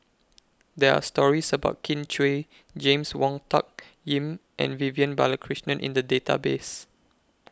There Are stories about Kin Chui James Wong Tuck Yim and Vivian Balakrishnan in The Database